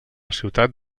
ciutat